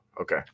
okay